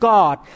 God